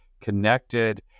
connected